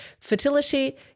Fertility